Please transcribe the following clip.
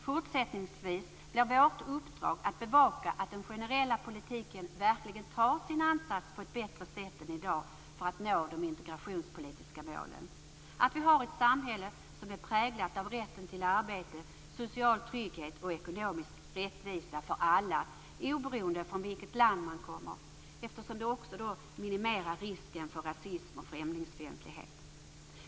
Fortsättningsvis blir vårt uppdrag att bevaka att den generella politiken verkligen tar ansats på ett bättre sätt än i dag för att nå de integrationspolitiska målen. Vi skall ha ett samhälle som är präglat av rätten till arbete, social trygghet och ekonomisk rättvisa för alla oberoende av vilket land man kommer från, eftersom det minimerar risken för rasism och främlingsfientlighet.